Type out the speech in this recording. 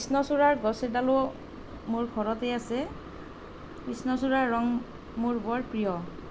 কৃষ্ণচূড়াৰৰ গছ এডালো মোৰ ঘৰতেই আছে কৃষ্ণচূড়াৰৰ ৰং মোৰ বৰ প্ৰিয়